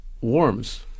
warms